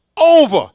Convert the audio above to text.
over